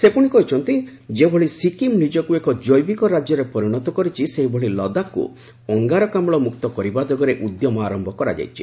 ସେ ପୁଣି କହିଛନ୍ତି ଯେଭଳି ସିକ୍କିମ ନିଜକୁ ଏକ ଜୈବିକ ରାଜ୍ୟରେ ପରିଣତ କରିଛି ସେହିଭଳି ଲଦାଖକୁ ଅଙ୍ଗାରକାମୁ ମୁକ୍ତ କରିବା ଦିଗରେ ଉଦ୍ୟମ ଆରମ୍ଭ ହୋଇଯାଇଛି